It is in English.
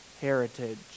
heritage